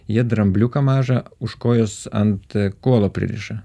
jie drambliuką mažą už kojos ant kuolo pririša